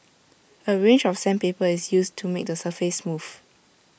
A range of sandpaper is used to make the surface smooth